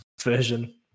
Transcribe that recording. version